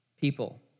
people